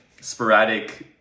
sporadic